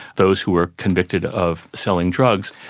those who were convicted of selling drugs.